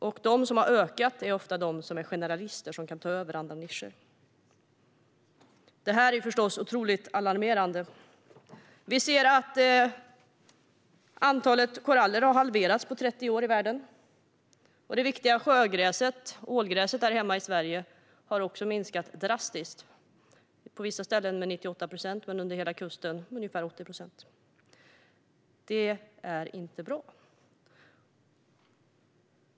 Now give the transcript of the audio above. De arter som har ökat är ofta generalister som kan ta över andra nischer. Detta är förstås alarmerande. Antalet koraller i världen har halverats på 30 år. Det viktiga sjögräset ålgräs här i Sverige har också minskat drastiskt, på vissa ställen med 98 procent men längs hela kusten med ungefär 80 procent. Det är inte bra.